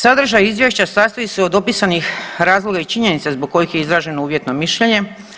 Sadržaj izvješća sastoji se od opisanih razloga i činjenica zbog kojih je izraženo uvjetno mišljenje.